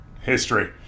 history